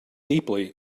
deeply